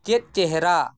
ᱪᱮᱫ ᱪᱮᱦᱨᱟ